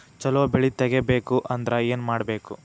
ಛಲೋ ಬೆಳಿ ತೆಗೇಬೇಕ ಅಂದ್ರ ಏನು ಮಾಡ್ಬೇಕ್?